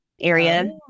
area